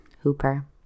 Hooper